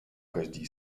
každý